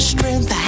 Strength